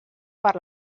per